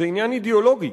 זה עניין אידיאולוגי.